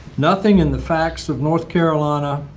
nothing in the facts of north carolina.